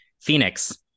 Phoenix